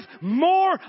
more